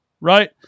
right